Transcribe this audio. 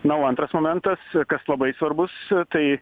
na o antras momentas kas labai svarbus tai